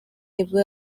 nibwo